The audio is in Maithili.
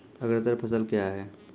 अग्रतर फसल क्या हैं?